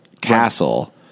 castle